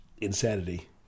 insanity